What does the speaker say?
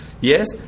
Yes